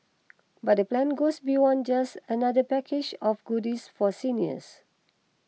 but the plan goes beyond just another package of goodies for seniors